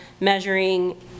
measuring